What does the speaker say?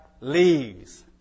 leaves